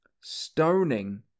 stoning